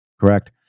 Correct